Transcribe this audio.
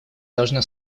должна